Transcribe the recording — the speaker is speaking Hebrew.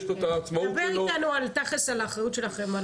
תדבר איתנו על האחריות שלכם,